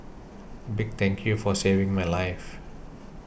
a big thank you for saving my life